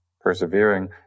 persevering